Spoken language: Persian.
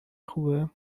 خوبه